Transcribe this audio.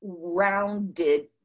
Rounded